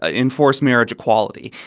ah enforce marriage equality.